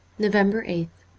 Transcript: november eighth